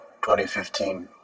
2015